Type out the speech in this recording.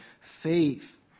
faith